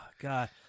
God